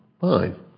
Fine